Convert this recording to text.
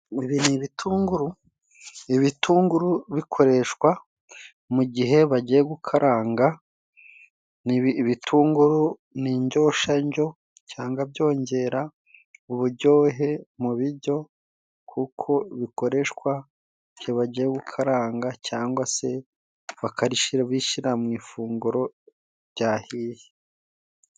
Ibi ni ibitunguru. Ibitunguru bikoreshwa mu gihe bagiye gukaranga, ibitunguru n'injyoshanjyo, cyanwa byongera ubujyohe mu bijyo, kuko bikoreshwa mu gihe bagiye gukaranga, cyangwa se bakarishira mu ifunguro jyahiye.